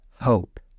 hope